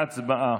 הצבעה.